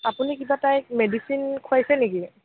আপুনি কিবা তাইক মেডিচিন খুৱাইছে নেকি